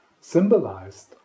symbolized